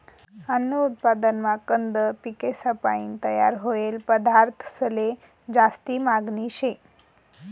अन्न उत्पादनमा कंद पिकेसपायीन तयार व्हयेल पदार्थंसले जास्ती मागनी शे